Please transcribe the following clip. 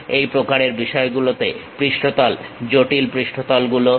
এই প্রকারের বিষয়গুলোর পৃষ্ঠতল জটিল পৃষ্ঠতল গুলো আছে